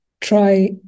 try